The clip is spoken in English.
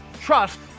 trust